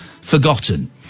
forgotten